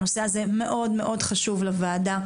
הנושא הזה מאוד מאוד חשוב לוועדה,